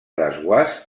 desguàs